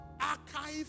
archive